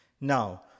Now